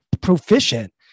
proficient